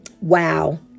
Wow